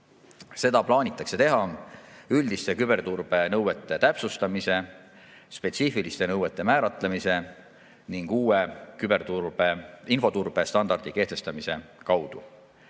Seda plaanitakse teha üldiste küberturbenõuete täpsustamise, spetsiifiliste nõuete määratlemise ning uue infoturbestandardi kehtestamise